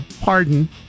pardon